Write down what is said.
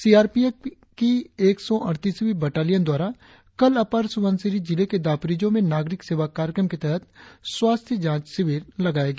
CRPF की एक सौ अड़तीसवीं बटालियन द्वारा कल अपर सुबनसिरी जिले के दापोरिजों में नागरिक सेवा कार्यक्रम के तहत स्वास्थ्य जांच शिविर लगाया गया